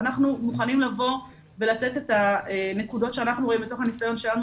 ואנחנו מוכנים לבוא ולתת את הנקודות שאנחנו רואים בתוך הנסיון שלנו